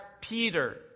Peter